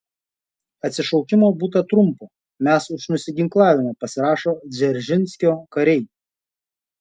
atsišaukimo būta trumpo mes už nusiginklavimą pasirašo dzeržinskio kariai